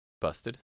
Busted